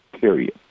period